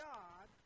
God